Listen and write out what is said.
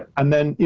and then, you